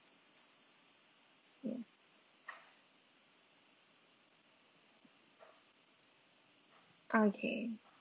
ya ah okay